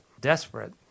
desperate